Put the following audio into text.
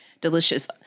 delicious